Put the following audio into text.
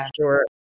sure